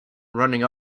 running